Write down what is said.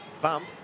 bump